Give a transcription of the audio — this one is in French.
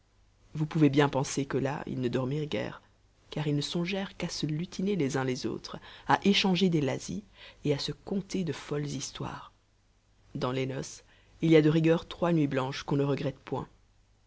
vous pouvez bien penser que là ils ne dormirent guère car ils ne songèrent qu'à se lutiner les uns les autres à échanger des lazzis et à se conter de folles histoires dans les noces il y a de rigueur trois nuits blanches qu'on ne regrette point